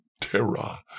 Terra